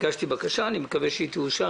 הגשתי בקשה, אני מקווה שהיא תאושר.